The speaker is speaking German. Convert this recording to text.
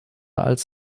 als